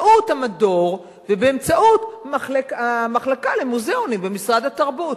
באמצעות המדור ובאמצעות המחלקה למוזיאונים במשרד התרבות,